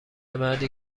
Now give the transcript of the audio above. مردی